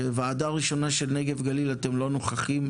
שוועדה ראשונה של נגב גליל אתם לא נוכחים,